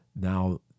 Now